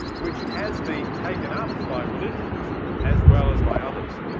which has been taken up by religions as well as by others.